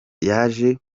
yaje